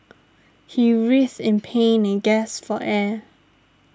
he writhed in pain and gasped for air